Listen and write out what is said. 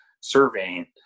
surveying